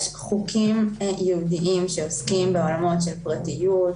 יש חוקים ייעודיים שעוסקים בעולמות של פרטיות,